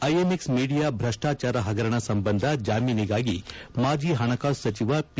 INX media ಭ್ರಷ್ಟಾಚಾರ ಹಗರಣ ಸಂಬಂಧ ಜಾಮೀನಿಗಾಗಿ ಮಾಜಿ ಹಣಕಾಸು ಸಚಿವ ಪಿ